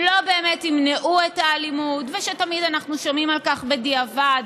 לא באמת ימנעו את האלימות ושתמיד אנחנו שומעים על כך בדיעבד.